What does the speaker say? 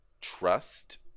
trust